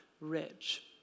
rich